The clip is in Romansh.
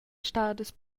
stadas